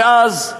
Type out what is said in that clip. ואז,